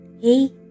Hey